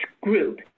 group